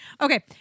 Okay